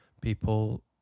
people